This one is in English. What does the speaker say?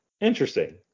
Interesting